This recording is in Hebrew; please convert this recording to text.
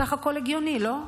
בסך הכול הגיוני, לא?